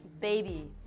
Baby